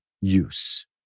use